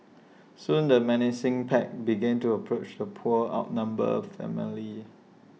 soon the menacing pack began to approach the poor outnumbered family